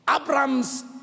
Abraham's